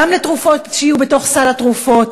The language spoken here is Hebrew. גם לכך שהתרופות יהיו בסל התרופות,